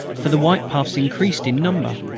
for the white puffs increased in number.